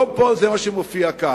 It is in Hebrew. לא פה, זה לא מה שמופיע כאן.